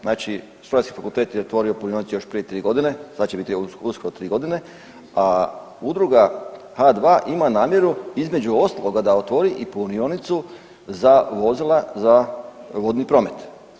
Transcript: Znači, strojarski fakultet je otvorio punionicu još prije 3 godine, sad će biti uskoro 3 godine, a udruga H2 ima namjeru, između ostaloga, da otvori i punionicu za vozila za vodni promet.